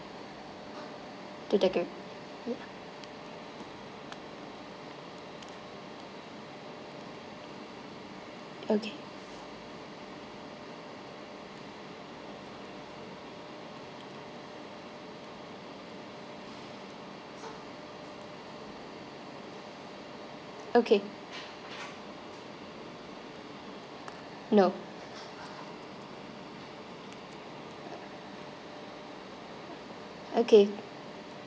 to the okay okay no okay